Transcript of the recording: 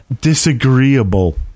Disagreeable